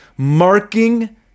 marking